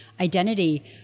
identity